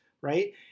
right